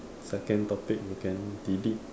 second topic you can delete